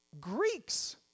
Greeks